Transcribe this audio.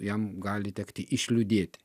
jam gali tekti išliūdėti